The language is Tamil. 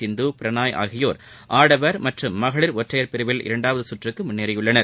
சிந்து பிரணாய் ஆகியோர் ஆடவர் மற்றும் மகளிர் ஒற்றையர் பிரிவில் இரண்டாவது சுற்றுக்கு முன்னேறியுள்ளனர்